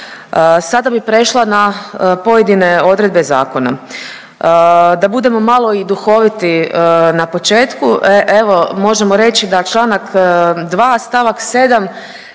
Sada bi prešla na pojedine odredbe zakona. Da budemo malo i duhoviti na počeku evo možemo reći da Članak 2. stavak 7.